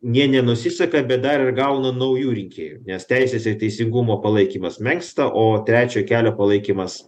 jie nenusiseka bet dar ir gauna naujų rinkėjų nes teisės ir teisingumo palaikymas menksta o trečio kelio palaikymas